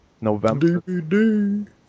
November